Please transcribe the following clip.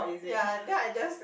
yea then I just